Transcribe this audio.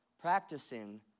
practicing